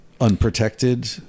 unprotected